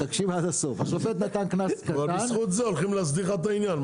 אבל בזכות זה הולכים להסדיר לך את העניין.